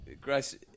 Grace